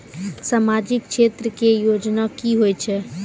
समाजिक क्षेत्र के योजना की होय छै?